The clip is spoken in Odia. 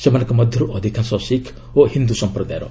ସେମାନଙ୍କ ମଧ୍ୟରୁ ଅଧିକାଂଶ ଶିଖ୍ ଓ ହିନ୍ଦୁ ସମ୍ପ୍ରଦାୟର